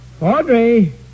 Audrey